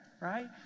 right